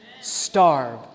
Starve